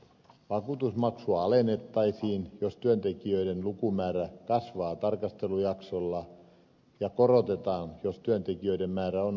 vakuutusmaksua alennettaisiin jos työntekijöiden lukumäärä kasvaa tarkastelujaksolla ja korotetaan jos työntekijöiden määrä on vähentynyt